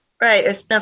right